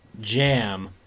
jam